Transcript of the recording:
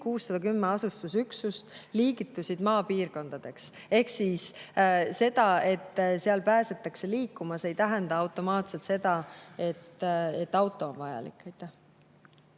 610 asustusüksust liigitusid maapiirkonnaks. See, et seal pääseda liikuma, ei tähenda automaatselt seda, et auto on vajalik.